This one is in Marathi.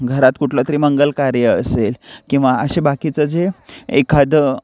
घरात कुठलं तरी मंगल कार्य असेल किंवा असे बाकीच जे एखादं